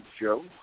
Joe